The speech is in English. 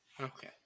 Okay